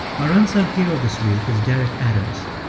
our unsung hero this week is derek adams.